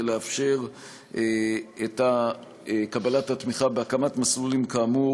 ולאפשר את קבלת התמיכה בהקמת מסלולים כאמור